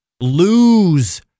lose